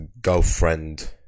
Girlfriend